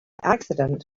accident